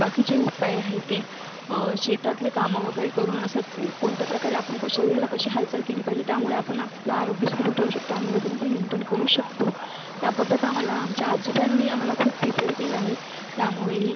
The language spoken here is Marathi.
बाकी जे उपाय आहे ते शेतातले कामं वगैरे करून असं कोणत्या प्रकारे आपण को शरीराला कशी हालचाल केली पाहिजे त्यामुळे आपण आपलं आरोग्य सुदृढ ठेऊ शकतो आणि वजनपण मेंटेन करू शकतो याबाबत आम्हाला आमच्या आजोबांनी आम्हाला खूप प्रिपेयर केलं आहे त्यामुळेही